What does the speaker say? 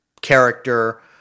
character